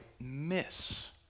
miss